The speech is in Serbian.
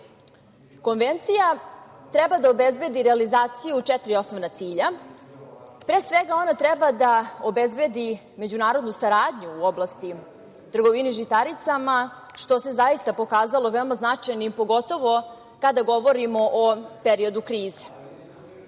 važnosti. Konvencija treba da obezbedi realizaciju četiri osnovna cilja. Pre svega, ona treba da obezbedi međunarodnu saradnju u oblasti trgovine žitaricama, što se zaista pokazalo veoma značajnim, pogotovo kada govorimo o periodu krize.